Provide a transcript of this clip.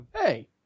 hey